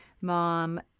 mom